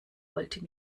wollte